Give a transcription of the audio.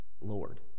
Lord